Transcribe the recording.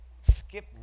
skip